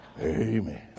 Amen